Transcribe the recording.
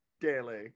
daily